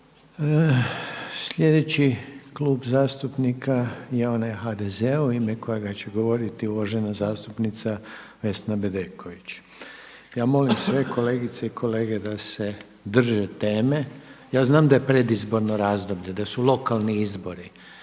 Sljedeći Klub zastupnika je onaj HDZ-a u ime kojega će govoriti uvažena zastupnica Vesna Bedeković. Ja molim sve kolegice i kolege da se drže teme. Ja znam da je predizborno razdoblje, da su lokalni izbori